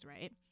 right